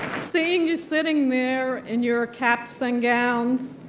seeing you sitting there in your caps and gowns,